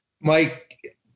mike